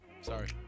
Sorry